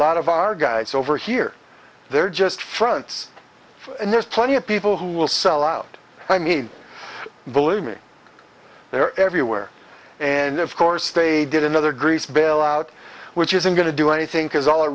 lot of our guys over here they're just fronts and there's plenty of people who will sell out i mean believe me they're everywhere and of course they did another greece bailout which isn't going to do anything because all it